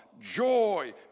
joy